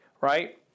right